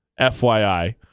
FYI